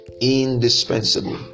indispensable